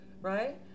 right